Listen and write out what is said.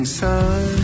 sun